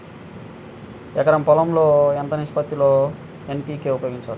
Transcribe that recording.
ఎకరం పొలం లో ఎంత నిష్పత్తి లో ఎన్.పీ.కే ఉపయోగించాలి?